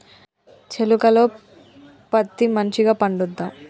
చేలుక లో పత్తి మంచిగా పండుద్దా?